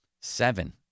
Seven